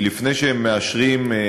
כי לפני שהם מאשרים,